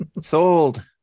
Sold